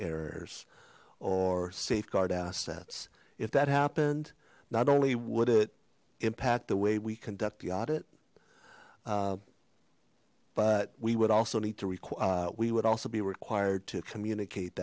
errors or safeguard assets if that happened not only would it impact the way we conduct the audit but we would also need to require we would also be required to communicate